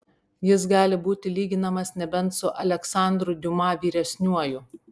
jis gali būti lyginamas nebent su aleksandru diuma vyresniuoju